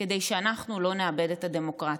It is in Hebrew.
כדי שאנחנו לא נאבד את הדמוקרטיה.